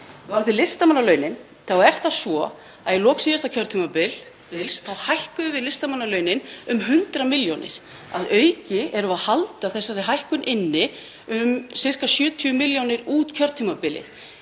Varðandi listamannalaunin er það svo að í lok síðasta kjörtímabils hækkuðum við listamannalaunin um 100 milljónir. Að auki erum við að halda þessari hækkun inni um sirka 70 milljónir út kjörtímabilið.